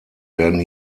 werden